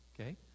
Okay